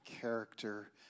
Character